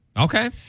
Okay